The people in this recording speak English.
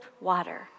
water